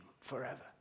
forever